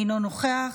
אינו נוכח,